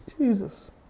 Jesus